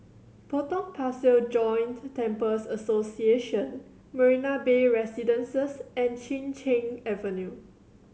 Potong Pasir Joint Temples Association Marina Bay Residences and Chin Cheng Avenue